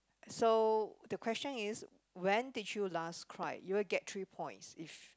so the question is when did you last cry you will get three point if